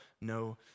no